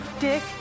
dick